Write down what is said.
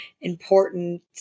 important